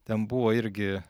ten buvo irgi